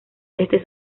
este